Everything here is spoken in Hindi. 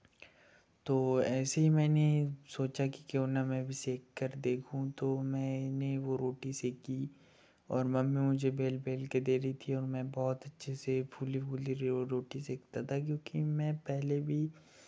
तो ऐसे ही मैंने सोचा कि क्यों ना मैं भी सेककर देखूँ तो मैंने वो रोटी सेकी और मम्मी मुझे बेल बेल के दे रही थी और मैं बहुत अच्छे से फूली फूली रोटी सेकता था क्योंकि मैं पहले भी